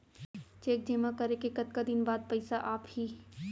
Cheque जेमा करें के कतका दिन बाद पइसा आप ही?